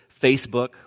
Facebook